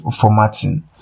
formatting